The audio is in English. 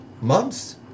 months